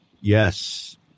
Yes